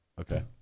Okay